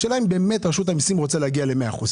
זה רשות המיסים וזה אגף תקציבים.